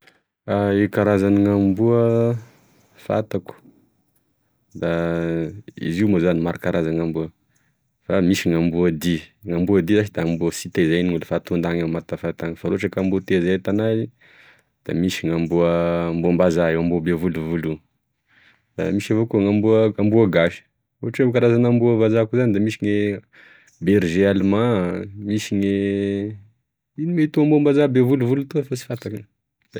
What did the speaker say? E karaza gn'amboa fatako da izy io moa zany maro e karazagne gn'amboa misy gne amboa dia gn'amboa dia zashy da amboa tsy tezan'olo fa at- fatafatany fa ra ohatry amboa tezay antana izy da misy ny amboa- amboa'mbaza amboa be volovolo, da misy avao koa gn'amboa amboa gasy ohatry hoe karazana amboam'bazah koa zao da misy gne berger allemand, misy gne ino me toa amboa'mbaza be volovolo toa fa sy fantako.